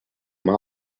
mal